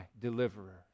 deliverer